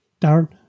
Darren